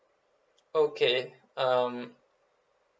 okay um